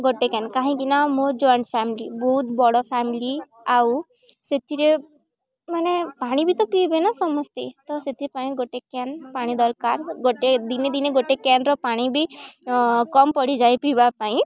ଗୋଟେ କ୍ୟାନ୍ କାହିଁକିନା ମୋ ଜଏଣ୍ଟ ଫ୍ୟାମିଲି ବହୁତ ବଡ଼ ଫ୍ୟାମିଲି ଆଉ ସେଥିରେ ମାନେ ପାଣି ବି ତ ପିଇବେ ନା ସମସ୍ତେ ତ ସେଥିପାଇଁ ଗୋଟେ କ୍ୟାନ୍ ପାଣି ଦରକାର ଗୋଟେ ଦିନେ ଦିନେ ଗୋଟେ କ୍ୟାନ୍ର ପାଣି ବି କମ୍ ପଡ଼ିଯାଏ ପିଇବା ପାଇଁ